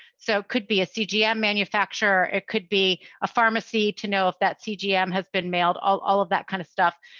so it could be a cgm manufacturer. it could be a pharmacy to know if that cgm has been mailed, all all of that kind of stuff.